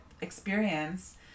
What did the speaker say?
experience